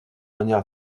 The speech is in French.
manière